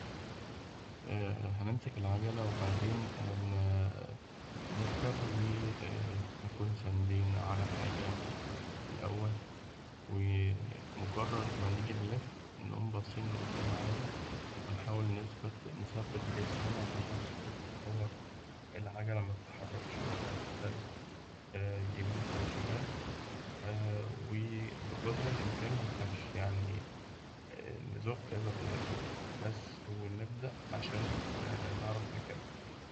هنمسك العجلة وبعدين نركب، ونكون ساندين على حاجة الأول وبمجرد ما نيجي نلف، نقوم باصيين لقدام عادي، ونحاول نثبت نثبت جسمنا في النص كده اللي هو العجلة متتحركش ولا تتهز أو شمال و بقدر الإمكان منخفش يعني نزق ب- بس عشان نعرف نكمل.